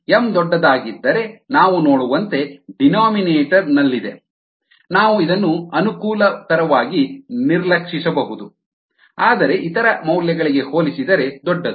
m ದೊಡ್ಡದಾಗಿದ್ದರೆ ನಾವು ನೋಡುವಂತೆ ಡೀನೋಮಿನೇಟರ್ ದಲ್ಲಿದೆ ನಾವು ಇದನ್ನು ಅನುಕೂಲಕರವಾಗಿ ನಿರ್ಲಕ್ಷಿಸಬಹುದು ಆದರೆ ಇತರ ಮೌಲ್ಯಗಳಿಗೆ ಹೋಲಿಸಿದರೆ ದೊಡ್ಡದು